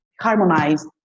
harmonized